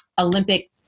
Olympic